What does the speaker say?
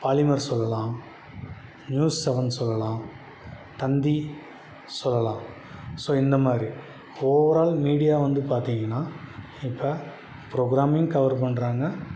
polymer சொல்லலாம் news seven சொல்லலாம் தந்தி சொல்லலாம் ஸோ இந்தமாதிரி ஓவர்ஆல் மீடியா வந்து பார்த்திங்கன்னா இப்போ ப்ரோகிராமியும் கவர் பண்ணுறாங்க